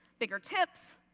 bigger tips.